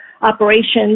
operations